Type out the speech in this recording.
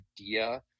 idea